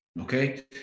okay